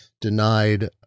denied